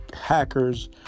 hackers